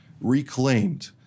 reclaimed